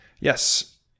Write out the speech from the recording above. Yes